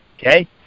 okay